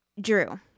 Drew